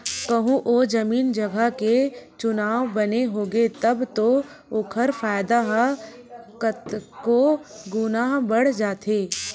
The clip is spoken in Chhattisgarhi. कहूँ ओ जमीन जगा के चुनाव बने होगे तब तो ओखर फायदा ह कतको गुना बड़ जाथे